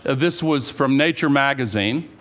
ah this was from nature magazine.